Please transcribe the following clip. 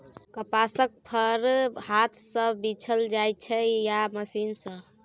कपासक फर हाथ सँ बीछल जाइ छै या मशीन सँ